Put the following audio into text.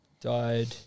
Died